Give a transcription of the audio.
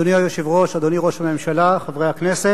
אדוני היושב-ראש, אדוני ראש הממשלה, חברי הכנסת,